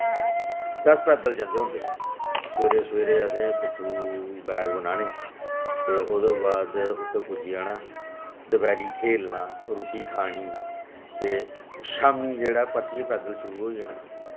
ते अस पैदल जन्दे होंदे हे सवेरे सवेरे असें पिट्ठू बैग बनाने ते ओह्दे बाद उत्थै पुज्जी जाना दपैह्री खेलना रुट्टी खानी ते शाम्मी जेह्ड़ा परतियै पैदल शुरू होई जाना